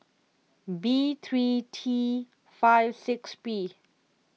B three T five six P